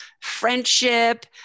friendship